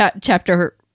chapter